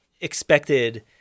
expected